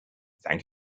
thank